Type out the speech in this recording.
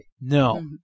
No